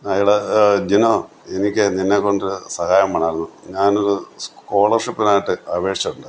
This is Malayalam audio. ഹായ് ഡാ ജിനോ എനിക്ക് നിന്നെക്കൊണ്ടൊരു സഹായം വേണമായിരുന്നു ഞാനൊരു സ്കോളർഷിപ്പിനായിട്ട് അപേക്ഷിച്ചിട്ടുണ്ടായിരുന്നു